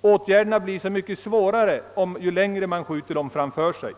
De åtgärder som en gång måste vidtas blir svårare ju längre man skjuter dem framför sig.